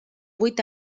vuit